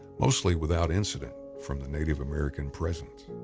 mostly without incident from the native american presence.